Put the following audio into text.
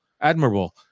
admirable